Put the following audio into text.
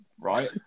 right